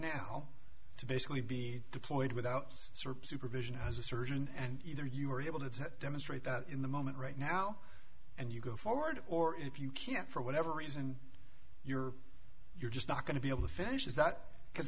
now to basically be deployed without serp supervision as a surgeon and either you are able to demonstrate that in the moment right now and you go forward or if you can't for whatever reason you're you're just not going to be able to finish